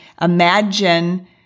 imagine